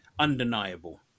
undeniable